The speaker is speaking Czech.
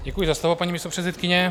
Děkuji za slovo, paní místopředsedkyně.